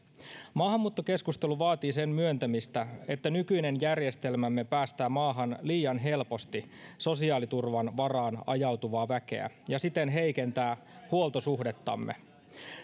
maahanmuuttokeskustelu vaatii sen myöntämistä että nykyinen järjestelmämme päästää maahan liian helposti sosiaaliturvan varaan ajautuvaa väkeä ja siten heikentää huoltosuhdettamme